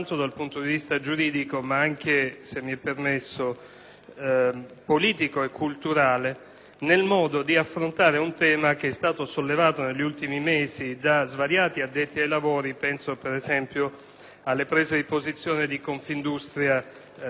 politico e culturale nel modo di affrontare un tema che è stato sollevato negli ultimi mesi da svariati addetti ai lavori. Penso, per esempio, alle prese di posizione di Confindustria siciliana. Il tema è quello della sanzionabilità